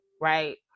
right